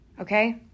okay